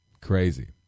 Crazy